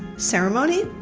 ceremony,